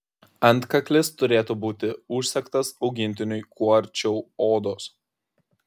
antkaklis turėtų būti užsegtas augintiniui kuo arčiau odos